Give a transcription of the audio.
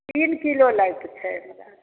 तीन किलो लै के छै हमरा